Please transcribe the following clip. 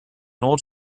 old